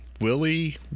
Willie